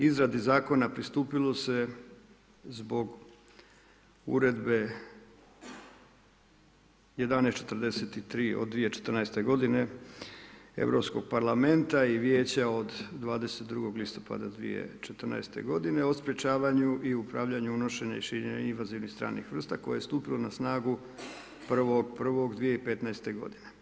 Izradi zakona pristupilo se zbog Uredbe 1143 od 2014. godine Europskog parlamenta i Vijeća od 22. listopada 2014. godine o sprječavanju i upravljanju, unošenju i širenje invazivnih stranih vrsta koje je stupilo na snagu 1.1.2015. godine.